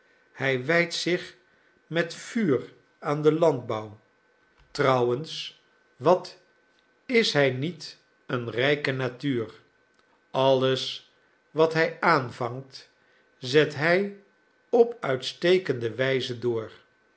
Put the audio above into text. hij wijdt zich met vuur aan den landbouw trouwens wat is hij niet een rijke natuur alles wat hij aanvangt zet hij op uitstekende wijze door